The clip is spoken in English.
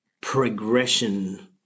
progression